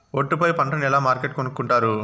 ఒట్టు పై పంటను ఎలా మార్కెట్ కొనుక్కొంటారు?